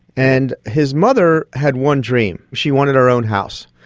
and his mother had one dream, she wanted her own house.